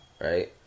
right